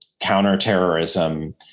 counterterrorism